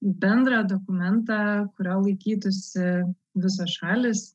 bendrą dokumentą kurio laikytųsi visos šalys